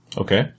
Okay